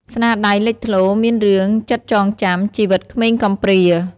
ស្នាដៃលេចធ្លោមានរឿង ចិត្តចងចាំ ជីវិតក្មេងកំព្រា។